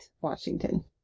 Washington